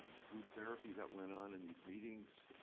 the group therapy that went on in these meetings.